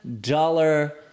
dollar